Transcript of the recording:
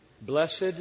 Blessed